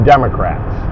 Democrats